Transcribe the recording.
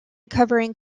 covering